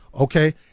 Okay